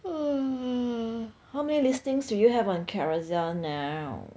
oh how many listings to you have on Carousell now